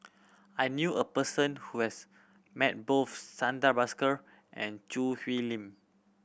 I knew a person who has met both Santha Bhaskar and Choo Hwee Lim